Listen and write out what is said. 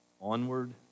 Onward